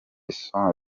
song